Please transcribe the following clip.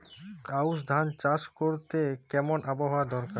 আউশ ধান চাষ করতে কেমন আবহাওয়া দরকার?